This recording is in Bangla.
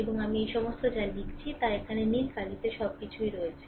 এবং এই সমস্ত আমি যা লিখেছি তা এখানে নীল কালিতে সবকিছুই রয়েছে